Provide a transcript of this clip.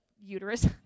uterus